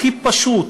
הכי פשוט,